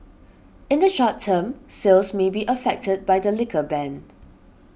in the short term sales may be affected by the liquor ban